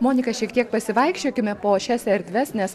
monika šiek tiek pasivaikščiokime po šias erdves nes